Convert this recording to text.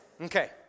Okay